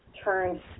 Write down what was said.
turned